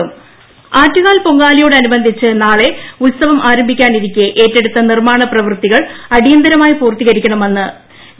ട്ടടടടട ആറ്റുകാൽ ആറ്റുകാൽ പൊങ്കാലയോടനുബന്ധിച്ച് നാളെ ഉത്സവം ആരംഭിക്കാനിരിക്കെ ഏറ്റെടുത്ത നിർമ്മാണ പ്രവൃത്തികൾ അടിയന്തിരമായി പൂർത്തീകരിക്കണമെന്ന് വി